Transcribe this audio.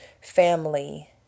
family